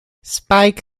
spike